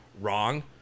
Wrong